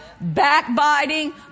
backbiting